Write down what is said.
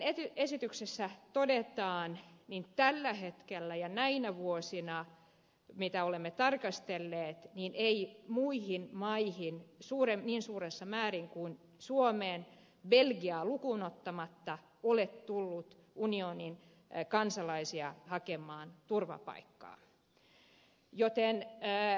kuten esityksessä todetaan tällä hetkellä ja näinä vuosina mitä olemme tarkastelleet ei muihin maihin niin suuressa määrin kuin suomeen belgiaa lukuun ottamatta ole tullut unionin kansalaisia hakemaan turvapaikkaa